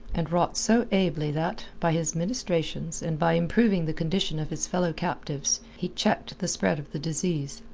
and wrought so ably that, by his ministrations and by improving the condition of his fellow-captives, he checked the spread of the disease.